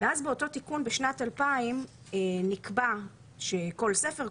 באותו תיקון בשנת 2000 נקבע שמכל ספר,